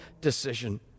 decision